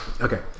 okay